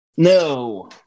No